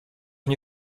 nie